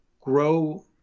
grow